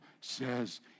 says